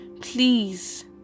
please